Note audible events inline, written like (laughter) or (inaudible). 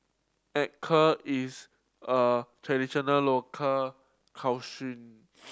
acar is a traditional local (unintelligible)